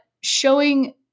showing